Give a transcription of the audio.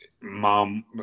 mom